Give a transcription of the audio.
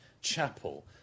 Chapel